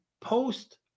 post